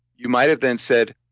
you might have then said,